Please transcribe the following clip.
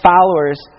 Followers